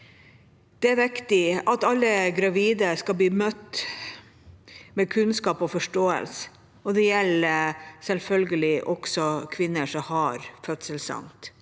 Det er viktig at alle gravide skal bli møtt med kunnskap og forståelse, og det gjelder selvfølgelig også kvinner som har fødselsangst.